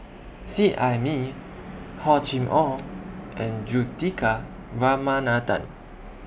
Seet Ai Mee Hor Chim Or and Juthika Ramanathan